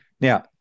Now